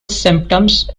symptoms